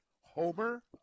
Homer